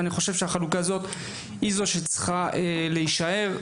ואני חושב שהחלוקה הזאת היא צריכה להישאר.